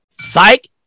Psych